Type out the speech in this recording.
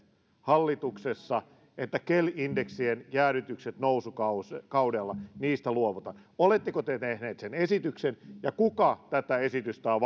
hallituksessa että kel indeksien jäädytyksistä nousukaudella luovutaan oletteko te tehnyt sen esityksen ja kuka tätä esitystä on